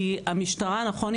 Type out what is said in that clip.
כי המשטרה נכון,